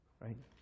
right